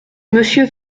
monsieur